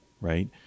right